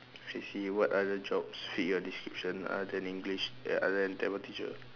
let's see what other jobs fit your description other than English eh other than Tamil teacher